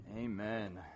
Amen